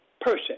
person